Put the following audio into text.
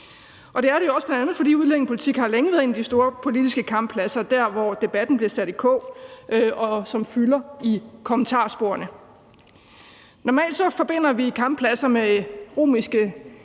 det jo bl.a. også, fordi udlændingepolitik længe har været en af de store politiske kamppladser – der, hvor debatten kommer i kog, og som fylder i kommentarsporene. Normalt forbinder vi kamppladser med romerske